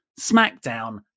SmackDown